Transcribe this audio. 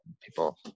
people